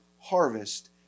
harvest